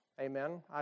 Amen